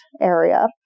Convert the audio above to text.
area